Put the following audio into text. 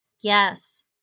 Yes